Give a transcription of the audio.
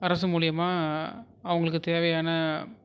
அரசு மூலிமா அவங்களுக்கு தேவையான